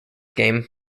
game